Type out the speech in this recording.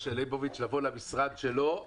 משה לייבוביץ',